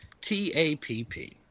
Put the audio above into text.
T-A-P-P